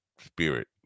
spirit